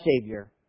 Savior